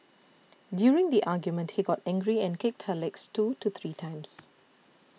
during the argument he got angry and kicked her legs two to three times